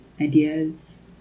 ideas